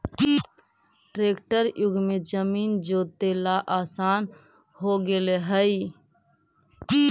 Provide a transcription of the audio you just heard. tractor युग में जमीन जोतेला आसान हो गेले हइ